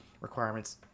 requirements